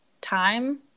time